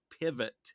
Pivot